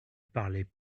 parlaient